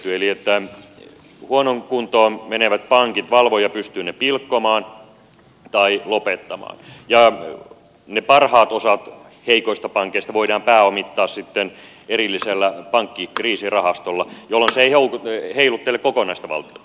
eli huonoon kuntoon menevät pankit valvoja pystyy pilkkomaan tai lopettamaan ja ne parhaat osat heikoista pankeista voidaan pääomittaa sitten erillisellä pankkikriisirahastolla jolloin se ei heiluttele kokonaista valtiota